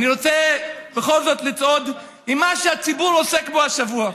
אני רוצה בכל זאת לצעוד עם מה שהציבור עוסק בו השבוע.